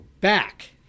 back